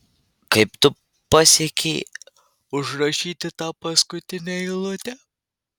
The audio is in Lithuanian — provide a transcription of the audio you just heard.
kaip tu pasiekei užrašyti tą paskutinę eilutę